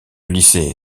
lycée